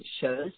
shows